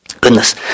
Goodness